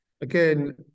again